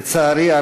לצערי,